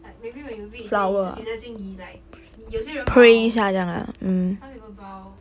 like maybe when you reach then 你自己在心里 like 有些人 bow some people bow